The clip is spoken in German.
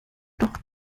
doch